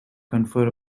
confer